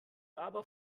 aber